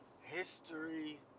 History